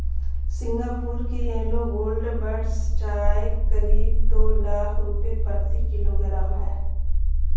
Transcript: Singapore की yellow gold buds चाय करीब दो लाख रुपए प्रति किलोग्राम है